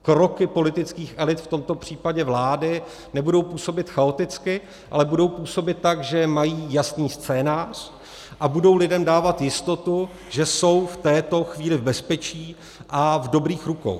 Kroky politických elit, v tomto případě vlády, nebudou působit chaoticky, ale budou působit tak, že mají jasný scénář, a budou lidem dávat jistotu, že jsou v této chvíli v bezpečí a v dobrých rukou.